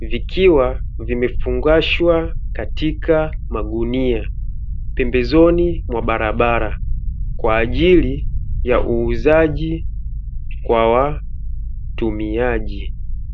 vikiwa vimefungashwa katika magunia pembezoni mwa barabara kwa ajili ya uuzaji kwa watumiaji.